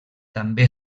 també